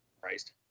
Christ